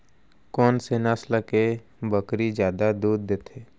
कोन से नस्ल के बकरी जादा दूध देथे